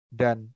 dan